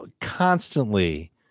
constantly